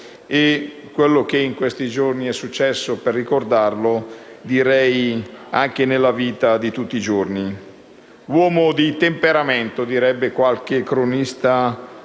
e quello che in questi giorni è successo per ricordarlo, direi anche nella vita di tutti i giorni. Un uomo di temperamento, direbbe qualche cronista